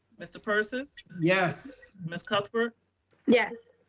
mr. persis. yes. ms. cuthbert yes.